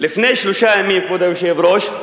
לפני שלושה ימים, כבוד היושב-ראש,